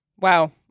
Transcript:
Wow